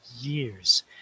years